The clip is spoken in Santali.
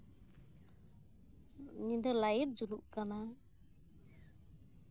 ᱧᱤᱫᱟᱹ ᱞᱟᱭᱤᱴ ᱡᱩᱞᱩᱜ ᱠᱟᱱᱟ